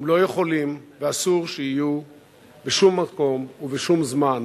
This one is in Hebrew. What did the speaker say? הם לא יכולים ואסור שיהיו בשום מקום ובשום זמן